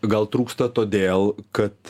gal trūksta todėl kad